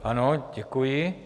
Ano, děkuji.